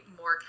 more